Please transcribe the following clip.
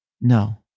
No